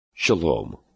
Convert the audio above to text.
Shalom